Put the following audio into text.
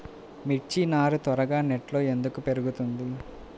మిర్చి నారు త్వరగా నెట్లో ఎందుకు పెరుగుతుంది?